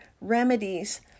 remedies